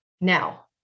Now